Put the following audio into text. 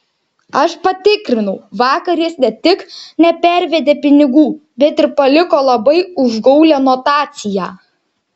aš patikrinau vakar jis ne tik nepervedė pinigų bet ir paliko labai užgaulią notaciją